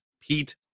Pete